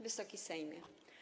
Wysoki Sejmie!